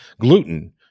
gluten